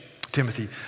Timothy